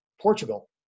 Portugal